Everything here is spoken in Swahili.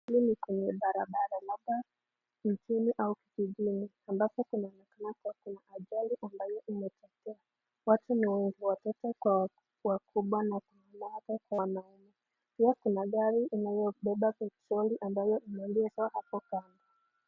Huku ni kwenye barabara, labda mjini au kijijini ambako kunaonekana kuwa kuna ajali ambayo imetendeka watu kunao watoto kwa wakubwa na kuna wanawake kwa wanaume, pia kuna magari ya kubebe petroli ambayo imeegeshwa hapo kando .